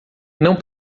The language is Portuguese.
não